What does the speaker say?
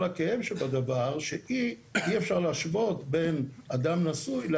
מצב שרק אם הם יקראו כתבה הם יוכלו לדעת על זה.